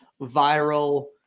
viral